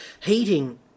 heating